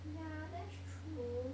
yeah that's true